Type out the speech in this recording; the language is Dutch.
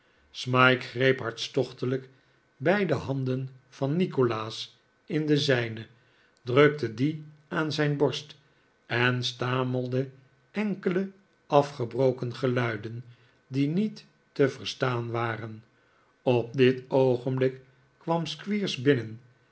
smike greep hartstochtelijk beide handen van nikolaas in de zijne drukte die aan zijn borst en stamelde enkele afgebroken geluiden die niet te verstaan waren op dit oogenblik kwam squeers binnen